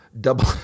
double